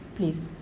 Please